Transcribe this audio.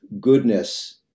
goodness